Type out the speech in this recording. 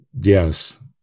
Yes